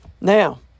Now